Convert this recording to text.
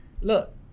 look